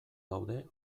daude